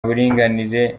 buringanire